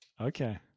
Okay